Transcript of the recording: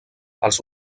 els